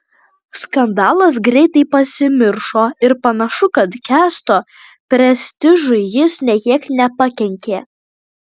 skandalas greitai pasimiršo ir panašu kad kęsto prestižui jis nė kiek nepakenkė